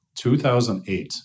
2008